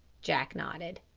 jack nodded.